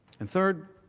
and third,